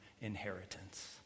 inheritance